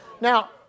Now